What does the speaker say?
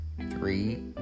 three